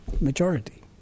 majority